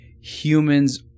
humans